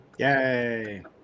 Yay